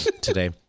today